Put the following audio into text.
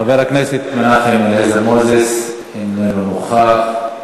חבר הכנסת מנחם אליעזר מוזס איננו נוכח,